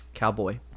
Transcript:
cowboy